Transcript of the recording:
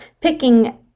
picking